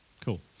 Cool